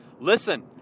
listen